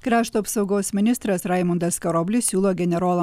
krašto apsaugos ministras raimundas karoblis siūlo generolą